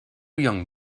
young